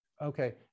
Okay